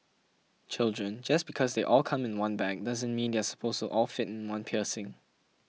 children just because they all come in one bag doesn't mean they are supposed all fit in one piercing